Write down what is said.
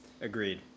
Agreed